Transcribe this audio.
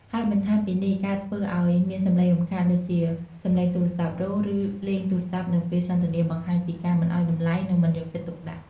ហើយបន្ថែមពីនេះការធ្វើឲ្យមានសម្លេងរំខានដូចជា សម្លេងទូរសព្ទ័រោទ៍ឬលេងទូរសព្ទ័នៅពេលសន្ទនាបង្ហាញពីការមិនឲ្យតម្លៃនិងមិនយកចិត្តទុកដាក់។